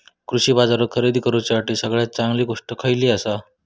कृषी बाजारावर खरेदी करूसाठी सगळ्यात चांगली गोष्ट खैयली आसा?